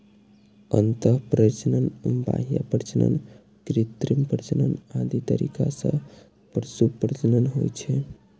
अंतः प्रजनन, बाह्य प्रजनन, कृत्रिम प्रजनन आदि तरीका सं पशु प्रजनन होइ छै